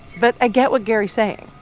but i get what gary's saying.